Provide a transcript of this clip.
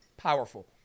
powerful